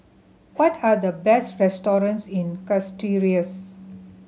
what are the best restaurants in Castries